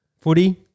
footy